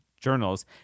journals